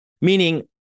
Meaning